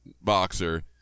boxer